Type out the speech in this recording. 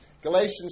Galatians